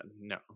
no